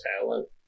talent